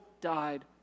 died